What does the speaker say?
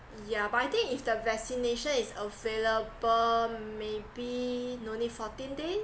yeah but I think if the vaccination is available maybe no need fourteen days